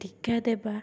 ଟିକା ଦେବା